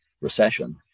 recession